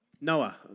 Noah